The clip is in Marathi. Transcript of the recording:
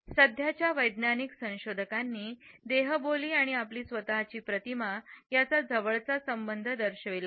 सध्याच्या वैज्ञानिक संशोधकांनी देहबोली आणि आपली स्वत ची प्रतिमा याचा जवळचा संबंध दर्शविला आहे